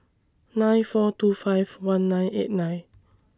nine four two five one nine eight nine